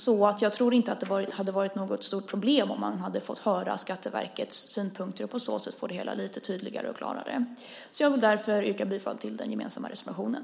Så jag tror inte att det hade varit något stort problem om man hade fått höra Skatteverkets synpunkter och på så sätt få det hela lite tydligare och klarare. Jag vill därför yrka bifall till den gemensamma reservationen.